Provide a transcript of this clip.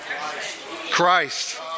Christ